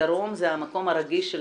הדרום זה המקום הרגיש של